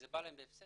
בא להם בהפסד,